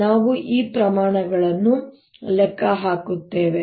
ನಾವು ಈ ಪ್ರಮಾಣಗಳನ್ನು ಲೆಕ್ಕ ಹಾಕುತ್ತೇವೆ